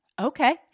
okay